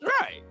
Right